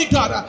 God